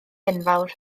enfawr